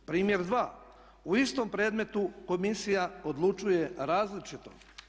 Primjer 2. u istom predmetu komisija odlučuje različito.